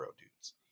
dudes